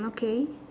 okay